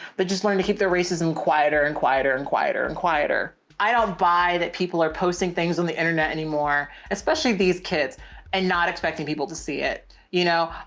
but just wanting to keep their racism quieter and quieter and quieter and quieter. i don't buy that people are posting things on the internet anymore, especially these kids and not expecting people to see it. you know,